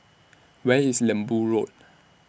Where IS Lembu Road